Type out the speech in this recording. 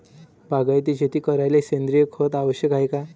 बागायती शेती करायले सेंद्रिय खत आवश्यक हाये का?